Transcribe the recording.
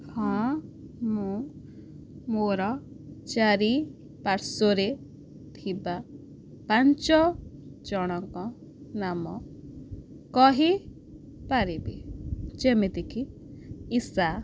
ହଁ ମୁଁ ମୋର ଚାରିପାର୍ଶ୍ୱରେ ଥିବା ପାଞ୍ଚ ଜଣଙ୍କ ନାମ କହିପାରିବି ଯେମିତିକି ଇଶା